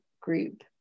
group